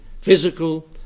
physical